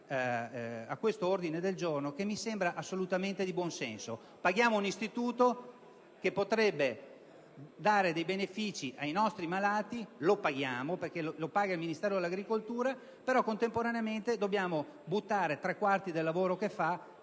all'ordine del giorno G102, che mi sembra assolutamente di buon senso. Paghiamo un istituto che potrebbe dare benefici ai nostri malati, e lo paghiamo perché lo paga il Ministero dell'agricoltura; contemporaneamente, però, dobbiamo buttare tre quarti del lavoro che fa